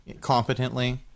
competently